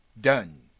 done